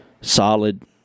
solid